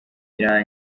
bitwa